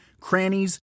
crannies